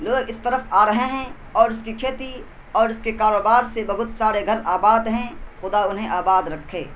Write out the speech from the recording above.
لوگ اس طرف آ رہے ہیں اور اس کی کھیتی اور اس کے کاروبار سے بہت سارے گھر آباد ہیں خدا انہیں آباد رکھے